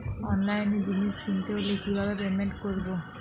অনলাইনে জিনিস কিনতে হলে কিভাবে পেমেন্ট করবো?